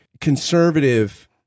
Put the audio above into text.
conservative